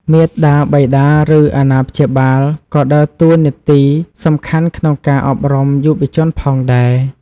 មាតាបិតាឬអាណាព្យាបាលក៏ដើរតួនាទីសំខាន់ក្នុងការអប់រំយុវជនផងដែរ។